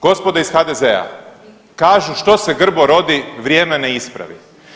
Gospodo iz HDZ-a kažu što se grbo rodi, vrijeme ne ispravi.